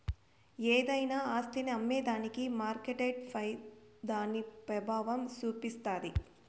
ఏదైనా ఆస్తిని అమ్మేదానికి మార్కెట్పై దాని పెబావం సూపిస్తాది